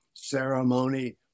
ceremony